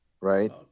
right